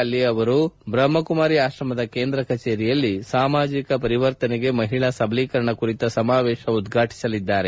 ಅಲ್ಲಿ ಅವರು ಬ್ರಹ್ಮಕುಮಾರಿ ಆಶ್ರಮದ ಕೇಂದ್ರ ಕಚೇರಿಯಲ್ಲಿ ಸಾಮಾಜಿಕ ಪರಿವರ್ತನೆಗೆ ಮಹಿಳಾ ಸಬಲೀಕರಣ ಕುರಿತ ಸಮಾವೇಶವನ್ನು ಉದ್ಘಾಟಿಸಲಿದ್ದಾರೆ